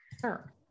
Sure